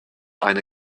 eine